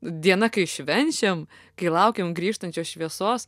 diena kai švenčiam kai laukiam grįžtančio šviesos